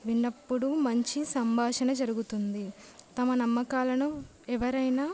విన్నప్పుడు మంచి సంభాషణ జరుగుతుంది తమ నమ్మకాలను ఎవరైనా